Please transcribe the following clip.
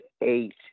eight